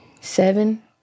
seven